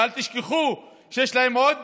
ואל תשכחו שיש להם עוד